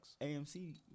AMC